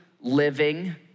living